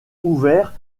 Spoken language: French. ouverts